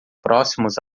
próximos